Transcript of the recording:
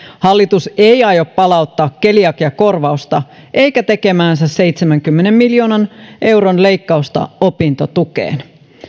hallitus ei aio palauttaa keliakiakorvausta eikä tekemäänsä seitsemänkymmenen miljoonan euron leikkausta opintotukeen